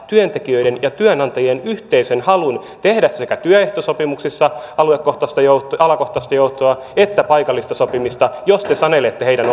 työntekijöiden ja työnantajien yhteisen halun tehdä sekä työehtosopimuksissa alakohtaista joustoa alakohtaista joustoa että paikallista sopimista jos te sanelette heidän